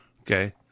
Okay